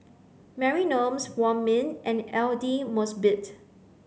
Mary Wong Ming and Aidli Mosbit